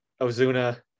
Ozuna